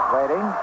Waiting